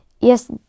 yes